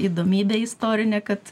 įdomybė istorinė kad